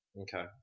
Okay